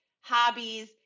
hobbies